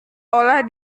olah